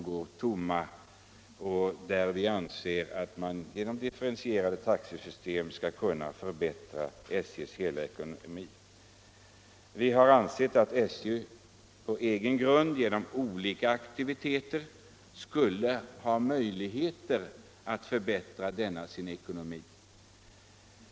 Där anser vi att man genom differentierade taxesystem skall kunna förbättra SJ:s ekonomi. Vi anser att SJ genom olika aktiviteter har möjligheter att förbättra ekonomin.